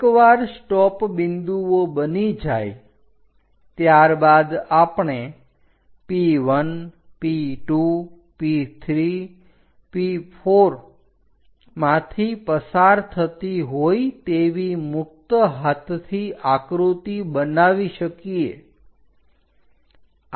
એકવાર સ્ટોપ બિંદુઓ બની જાય ત્યારબાદ આપણે P1 P2 P3 P4 માંથી પસાર થતી હોય તેવી મુક્ત હાથથી આકૃતિ બનાવી શકીએ